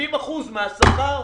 70% מהשכר.